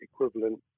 equivalent